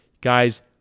Guys